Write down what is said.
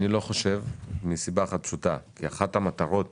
אני חושב שלא, מסיבה אחת פשוטה, כי אחת המטרות